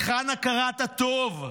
היכן הכרת הטוב?